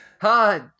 Hi